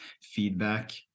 feedback